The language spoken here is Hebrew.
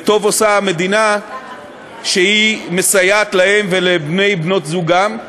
וטוב עושה המדינה שהיא מסייעת להם ולבני ובנות זוגם,